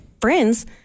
friends